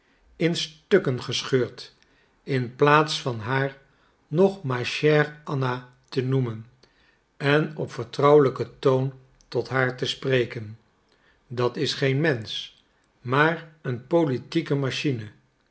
in stukken gescheurd in plaats van haar nog ma chère anna te noemen en op vertrouwelijken toon tot haar te spreken dat is geen mensch maar een politieke machine